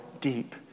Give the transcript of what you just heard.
deep